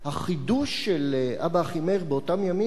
החידוש של אב"א אחימאיר באותם ימים היה,